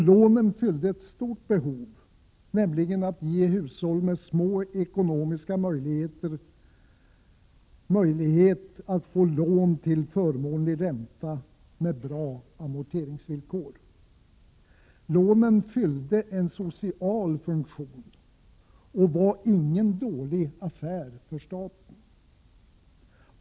Lånen fyllde också ett stort behov, nämligen att ge hushåll med små ekonomiska förhållanden möjligheter att få lån till förmånlig ränta och med goda amorteringsvillkor. Lånen fyllde en social funktion och var ingen dålig affär för staten.